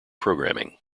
programming